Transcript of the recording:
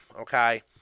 okay